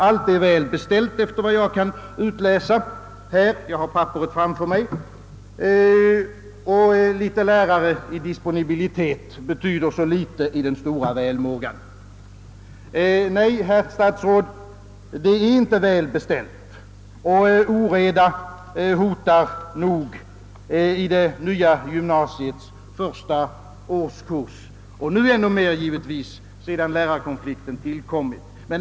Allt är väl beställt efter vad jag kan utläsa av svaret — jag har papperet framför mig — och några lärare i disponibilitet betyder så litet i den stora välmågan. Nej, herr statsråd, det är inte väl beställt. Oreda hotar i det nya gymnasiets första årskurs, givetvis ännu mer nu sedan lärarkonflikten tillkommit.